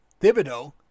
Thibodeau